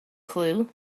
clue